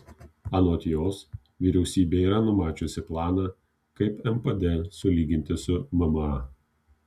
anot jos vyriausybė yra numačiusi planą kaip npd sulyginti su mma